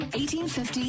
1850